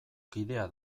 kidea